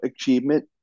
achievement